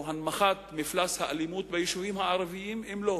להנמכת מפלס האלימות ביישובים הערביים או לא.